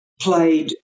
played